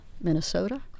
Minnesota